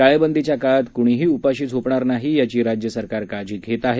टाळेबंदीच्या काळात कुणीही उपाशी झोपणार नाही याची राज्य सरकार काळजी घेत आहे